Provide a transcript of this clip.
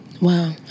Wow